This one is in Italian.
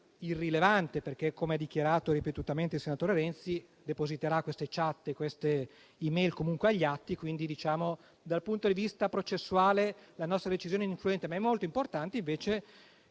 irrilevante, perché - come ha dichiarato ripetutamente il senatore Renzi - egli depositerà quelle *chat* ed *e-mail* comunque agli atti - quindi dal punto di vista processuale la nostra decisione è ininfluente - è molto importante invece